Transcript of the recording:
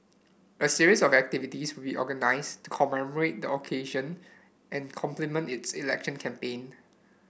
a series of activities will be organised to commemorate the occasion and complement its election campaign